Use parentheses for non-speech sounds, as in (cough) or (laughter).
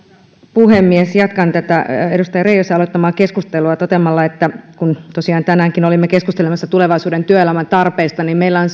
puhemies jatkan tätä edustaja reijosen aloittamaa keskustelua toteamalla että kun tosiaan tänäänkin olimme keskustelemassa tulevaisuuden työelämän tarpeista niin meillä on (unintelligible)